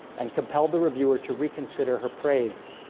and compelled the reviewer to reconsider her praise.